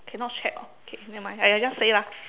cannot check okay nevermind !aiya! just say lah